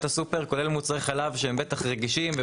הסופר כולל מוצרי חלב שהם בטח רגישים.